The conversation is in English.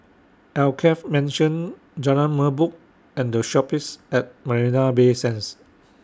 Alkaff Mansion Jalan Merbok and The Shoppes At Marina Bay Sands